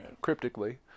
cryptically